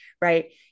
right